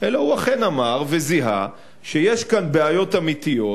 אלא הוא אכן אמר וזיהה שיש כאן בעיות אמיתיות,